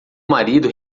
marido